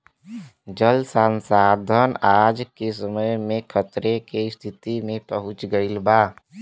जल संसाधन आज के समय में खतरे के स्तिति में पहुँच गइल बा